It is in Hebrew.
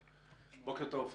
בוקר טוב.